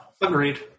Agreed